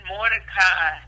Mordecai